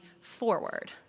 forward